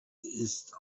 ist